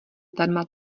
zdarma